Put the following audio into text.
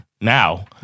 now